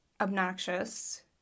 obnoxious